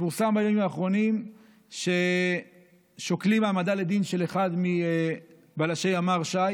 פורסם בימים האחרונים ששוקלים העמדה לדין של אחד מבלשי ימ"ר ש"י